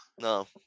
No